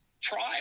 trial